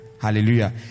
hallelujah